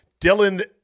Dylan